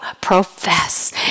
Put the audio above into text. profess